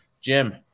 Jim